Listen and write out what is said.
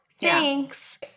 thanks